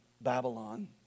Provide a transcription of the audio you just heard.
Babylon